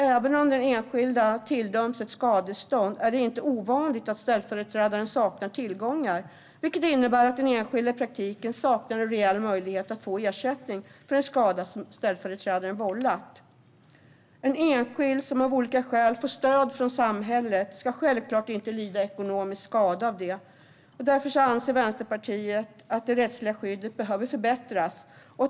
Även om den enskilde tilldöms ett skadestånd är det inte ovanligt att ställföreträdaren saknar tillgångar, vilket innebär att den enskilde i praktiken saknar reell möjlighet att få ersättning för en skada som ställföreträdaren vållat. En enskild som av olika skäl får stöd från samhället ska självklart inte lida ekonomisk skada av det, och därför anser Vänsterpartiet att det rättsliga skyddet behöver förbättras.